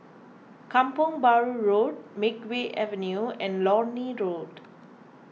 Kampong Bahru Road Makeway Avenue and Lornie Road